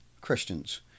Christians